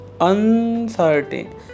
uncertain